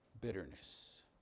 bitterness